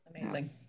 Amazing